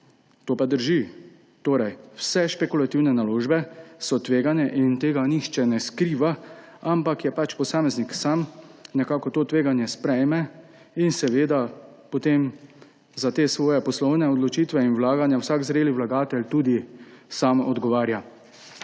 to pa drži. Torej, vse špekulativne naložbe so tvegane in tega nihče ne skriva, ampak pač posameznik sam to tveganje sprejme in seveda potem za te svoje poslovne odločitve in vlaganja vsak zrel vlagatelj tudi sam odgovarja.